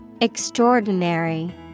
Extraordinary